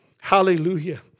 Hallelujah